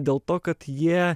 dėl to kad jie